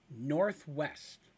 northwest